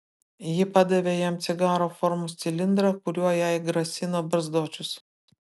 ji padavė jam cigaro formos cilindrą kuriuo jai grasino barzdočius